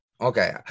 Okay